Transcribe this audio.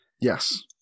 Yes